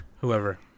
whoever